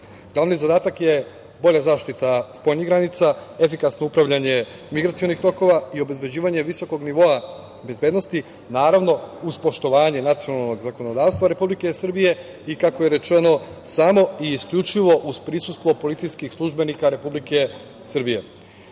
zadatak je bolja zaštita spoljnih granica, efikasno upravljanje migracionih tokova i obezbeđivanje visokog nivoa bezbednosti, naravno uz poštovanje nacionalnog zakonodavstva Republike Srbije i kako je rečeno samo i isključivo uz prisustvo policijskih službenika Republike Srbije. Kada